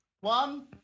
One